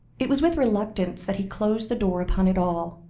it was with reluctance that he closed the door upon it all,